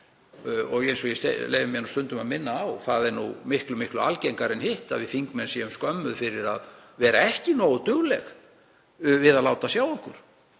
Eins og ég leyfi mér stundum að minna á er nú miklu algengara en hitt að við þingmenn séum skömmuð fyrir að vera ekki nógu dugleg við að láta sjá okkur,